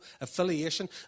affiliation